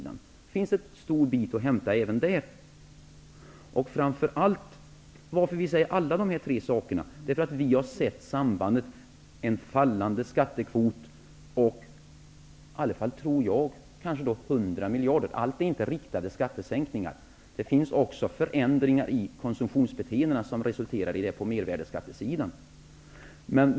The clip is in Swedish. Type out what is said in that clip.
Det finns mycket att hämta även där. Vi föreslår alla dessa tre saker. Vi har sett sambandet. Skattekvoten är fallande. Jag tror att det är fråga om 100 miljarder. Allt är inte riktade skattesänkningar. Det har också skett förändringar i konsumtionsbeteendena vilka resulterat i skattesänkningar på mervärdesskatteområdet.